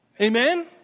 Amen